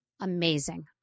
amazing